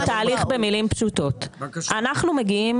אני אסביר את התהליך במילים פשוטות, אנחנו מגיעים